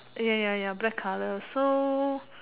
ya ya ya black color so